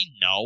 no